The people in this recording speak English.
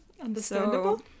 Understandable